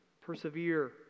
persevere